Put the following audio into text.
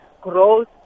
growth